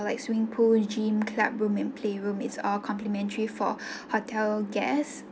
like swimming pool gym club room and play room is all complimentary for hotel guests